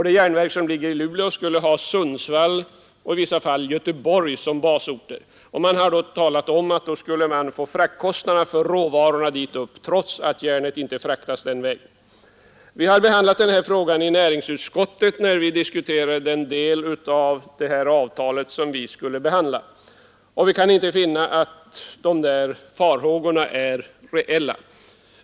Det järnverk som ligger i Luleå skulle ha Sundsvall och i vissa fall Göteborg som basorter. Det har sagts att man skulle få kostnader för frakten dit upp, trots att järnet inte fraktas den vägen. Vi har diskuterat denna fråga i näringsutskottet när vi behandlat den Nr 139 del av detta avtal som hänvisats dit. Vi kunde inte finna att dessa Tisdagen den farhågor var reella.